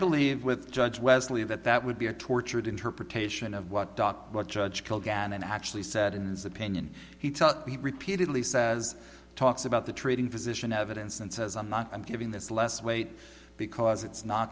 believe with judge wesley that that would be a tortured interpretation of what doc what judge kilgannon actually said in this opinion he taught be repeated and he says talks about the treating physician evidence and says i'm not i'm giving this less weight because it's not